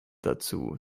dazu